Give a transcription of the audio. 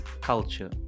culture